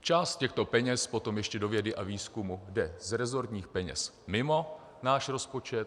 Část těchto peněz potom ještě do vědy a výzkumu jde z resortních peněz mimo náš rozpočet.